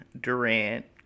Durant